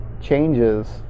changes